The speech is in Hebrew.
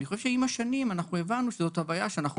אני חושב שעם השנים אנחנו הבנו שזאת הוויה שאנחנו